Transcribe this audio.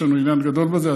יש לנו עניין גדול בזה,